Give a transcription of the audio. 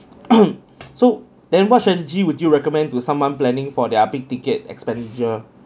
so then what strategy would you recommend to someone planning for their big ticket expenditure